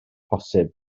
posib